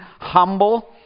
humble